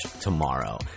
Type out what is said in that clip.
tomorrow